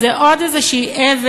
זו עוד איזו אבן